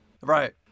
Right